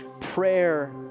Prayer